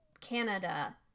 Canada